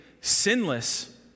sinless